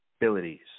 abilities